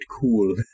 cool